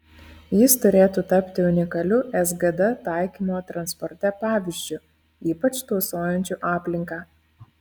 jis turėtų tapti unikaliu sgd taikymo transporte pavyzdžiu ypač tausojančiu aplinką